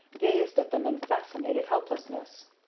gazed at them in fascinated helplessness.